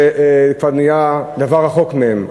זה כבר נהיה דבר רחוק מהם.